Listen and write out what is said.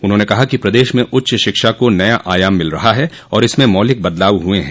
उन्होंने कहा कि प्रदेश में उच्च शिक्षा को नया आयाम मिल रहा है और इसमें मौलिक बदलाव हुए हैं